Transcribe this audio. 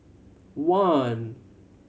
one